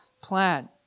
plan